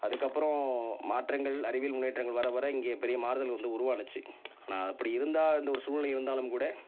அதுக்கப்புறம் மாற்றங்கள் அறிவியல் முன்னேற்றங்கள் வர வர இங்கே பெரிய மாறுதல் வந்து உருவானுச்சு ஆனால் அப்படி இருந்தால் அந்த ஒரு சூழ்நிலை இருந்தாலும் கூட